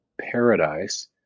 paradise